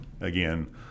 again